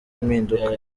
impinduka